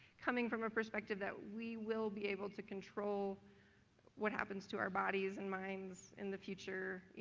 coming from a perspective that we will be able to control what happens to our bodies and minds in the future. you